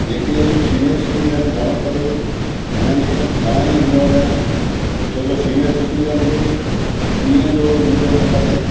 जेके senior citizen घणो करे हिनमें घणाई इनवॉल्ड आहिनि छो त सिनीअर सिटीजन खे ॾींहं जो निंड न खपे